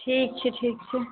ठीक छै ठीक छै